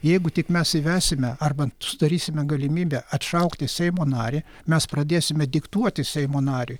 jeigu tik mes įvesime arba sudarysime galimybę atšaukti seimo narį mes pradėsime diktuoti seimo nariui